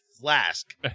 flask